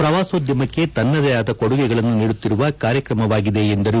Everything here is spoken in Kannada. ಪ್ರವಾಸೋದ್ಯಮಕ್ಕೆ ತನ್ನದೆ ಆದ ಕೊಡುಗೆಗಳನ್ನು ನೀಡುತ್ತಿರುವ ಕಾರ್ಯಕ್ರಮವಾಗಿದೆ ಎಂದರು